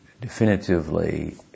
definitively